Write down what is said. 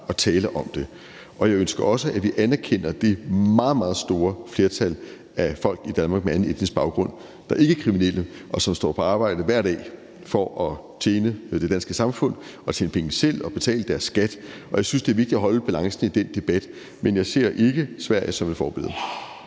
at tale om det. Jeg ønsker også, at vi anerkender det meget, meget store flertal af folk i Danmark med anden etnisk baggrund, der ikke er kriminelle, og som går på arbejde hver dag for at tjene danske samfund, tjene penge selv og betale deres skat, og jeg synes, det er vigtigt at holde balancen i den debat. Men jeg ser ikke Sverige som et forbillede.